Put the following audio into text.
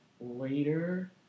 later